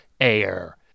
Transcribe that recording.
air